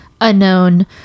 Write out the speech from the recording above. unknown